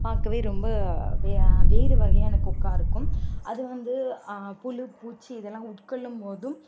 பார்க்கவே ரொம்ப வே வேறு வகையான கொக்காக இருக்கும் அது வந்து புழு பூச்சி இதல்லாம் உட்கொள்ளும் போதும்